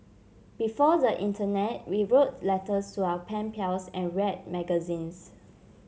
before the internet we wrote letters to our pen pals and read magazines